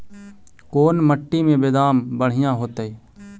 कोन मट्टी में बेदाम बढ़िया होतै?